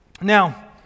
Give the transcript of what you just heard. Now